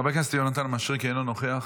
חבר הכנסת יונתן מישרקי, אינו נוכח.